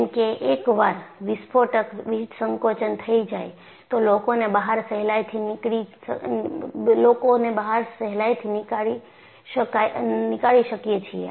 કેમ કે એકવાર વિસ્ફોટક વિસંકોચન થઈ જાય તો લોકોને બહાર સહેલાઇથી નીકાળી શકીએ છીએ